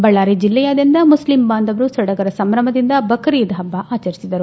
ಬಳ್ದಾರಿ ಜಲ್ಲೆಯಾದ್ಧಂತ ಮುಸ್ಲಿಂ ಬಾಂಧವರು ಸಡಗರ ಸಂಭ್ರಮದಿಂದ ಬ್ರೀದ್ ಹಬ್ಲ ಆಚರಿಸಿದರು